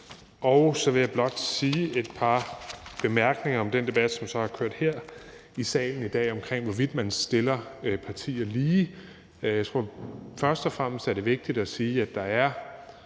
Og så vil jeg blot komme med et par bemærkninger om den debat, der har kørt her i salen i dag, om, hvorvidt man stiller partier lige. Jeg tror, at det først og fremmest er vigtigt at sige – det er